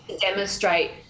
Demonstrate